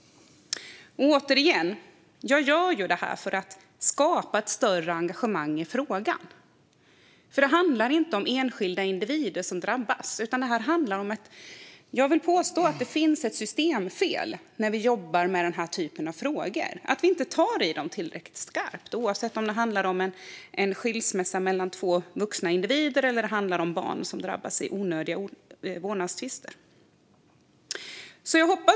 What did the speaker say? Återigen - jag gör det här för att skapa större engagemang i frågan. Det handlar inte om enskilda individer som drabbas. Jag vill påstå att det finns ett systemfel när vi jobbar med den här typen av frågor. Vi tar inte i dem tillräckligt skarpt, oavsett om det handlar om en skilsmässa mellan två vuxna individer eller om barn som drabbas av onödiga vårdnadstvister.